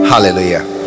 hallelujah